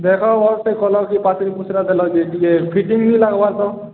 ଦେଖ ଭଲ୍ସେ କଲକି ପାସୋରି ପୁସରା ଦେଲକି ଟିକେ ଫିଟିଙ୍ଗ୍ ନାଇଁ ଲାଗବା ତ